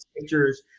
pictures